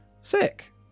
sick